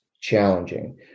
challenging